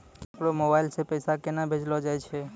केकरो मोबाइल सऽ पैसा केनक भेजलो जाय छै?